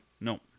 no